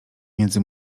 między